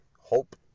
hope